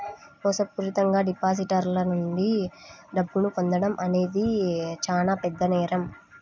మోసపూరితంగా డిపాజిటర్ల నుండి డబ్బును పొందడం అనేది చానా పెద్ద నేరం